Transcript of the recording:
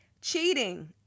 cheating